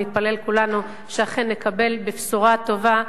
נתפלל כולנו שאכן נקבל בשורה טובה,